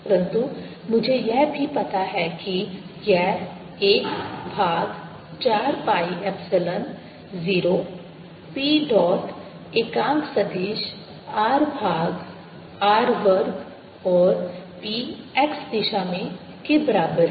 परंतु मुझे यह भी पता है कि यह 1 भाग 4 pi एप्सिलॉन 0 P डॉट एकांक सदिश r भाग r वर्ग और P x दिशा में के बराबर है